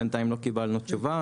בינתיים לא קיבלנו תשובה,